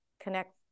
connect